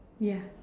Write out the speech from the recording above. ya